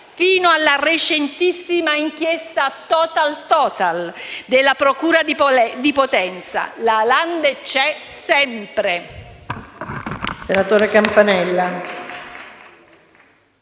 fino alla recentissima inchiesta sulla Total della procura di Potenza. La Lande c'è sempre.